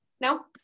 No